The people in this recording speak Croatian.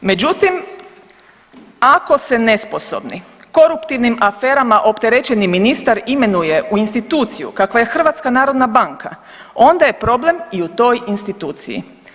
Međutim, ako se nesposobni koruptivnim aferama opterećeni ministar imenuje u instituciju kakva je HNB, onda je problem i u toj instituciji.